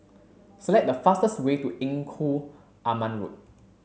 select the fastest way to Engku Aman Road